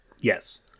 Yes